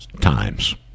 times